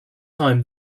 time